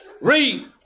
Read